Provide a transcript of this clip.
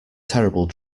terrible